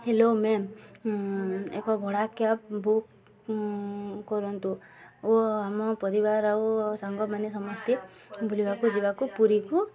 hello ma'am ଏକ ଭଡ଼ା cab book କରନ୍ତୁ ଓ ଆମ ପରିବାର ଆଉ ସାଙ୍ଗମାନେ ସମସ୍ତେ ବୁଲିବାକୁ ଯିବାକୁ ପୁରୀକୁ